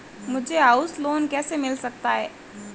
मुझे house loan कैसे मिल सकता है?